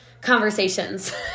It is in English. conversations